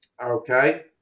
Okay